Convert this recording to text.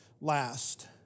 last